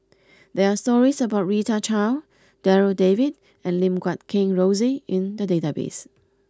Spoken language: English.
there are stories about Rita Chao Darryl David and Lim Guat Kheng Rosie in the database